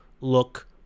look